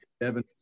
Devin